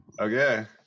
Okay